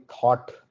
thought